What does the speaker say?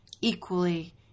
equally